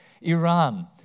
Iran